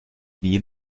wie